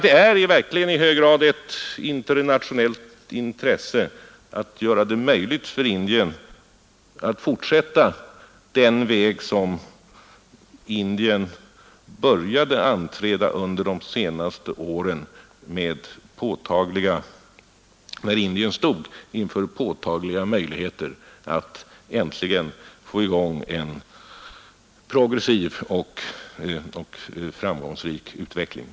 Det är verkligen i hög grad ett internationellt intresse att göra det möjligt för Indien att fortsätta på den väg som Indien börjat beträda under de senaste åren när Indien stått inför påtagliga möjligheter att äntligen få i gång en progressiv och framgångsrik utveckling.